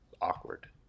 awkward